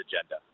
agenda